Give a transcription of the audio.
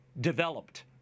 developed